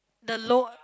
the lower